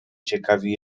ciekawie